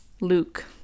Luke